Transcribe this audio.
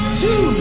two